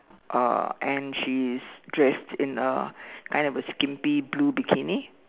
uh and she's dressed in a kind of a skimpy blue bikini